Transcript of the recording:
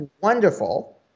wonderful